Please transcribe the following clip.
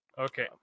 Okay